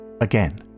Again